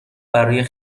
برای